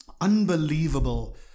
unbelievable